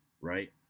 right